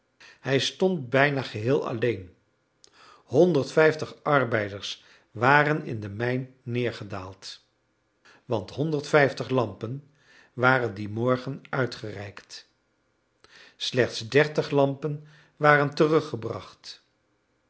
hij stond bijna geheel alleen honderd-vijftig arbeiders waren in de mijn neergedaald want honderd-vijftig lampen waren dien morgen uitgereikt slechts dertig lampen waren teruggebracht